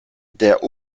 der